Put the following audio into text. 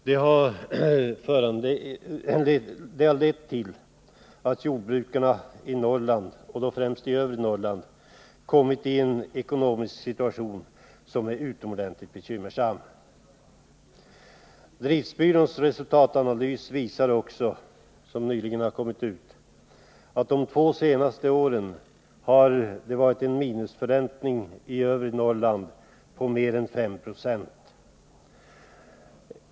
Detta har lett till att jordbrukarna i Norrland, framför allt i övre Norrland, råkat i en utomordentligt bekymmersam ekonomisk situation. Driftbyråns resultatanalys, som nyligen har kommit ut, visar också att man de senaste två åren har haft en minusförräntning på mer än 5 20 i övre Norrland.